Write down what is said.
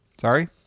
Sorry